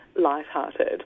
lighthearted